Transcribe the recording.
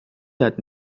that